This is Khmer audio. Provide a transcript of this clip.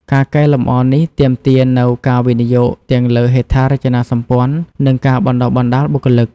ការកែលម្អនេះទាមទារនូវការវិនិយោគទាំងលើហេដ្ឋារចនាសម្ព័ន្ធនិងការបណ្តុះបណ្តាលបុគ្គលិក។